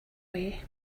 way